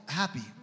happy